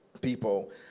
people